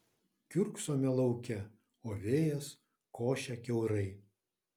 kiurksome lauke o vėjas košia kiaurai